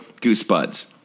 GooseBuds